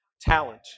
talent